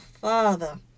Father